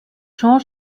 jean